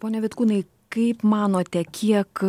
pone vitkūnai kaip manote kiek